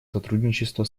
сотрудничества